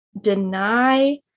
deny